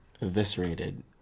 Eviscerated